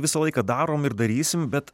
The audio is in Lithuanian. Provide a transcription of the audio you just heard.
visą laiką darom ir darysim bet